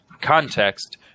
context